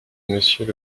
monsieur